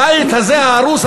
הבית הזה ההרוס,